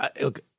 look